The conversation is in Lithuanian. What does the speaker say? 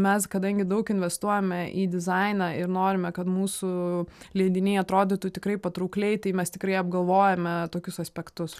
mes kadangi daug investuojame į dizainą ir norime kad mūsų leidiniai atrodytų tikrai patraukliai tai mes tikrai apgalvojame tokius aspektus